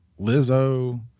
Lizzo